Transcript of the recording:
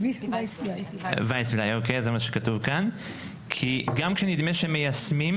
גם כשנדמה שמיישמים